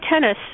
tennis